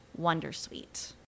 Wondersuite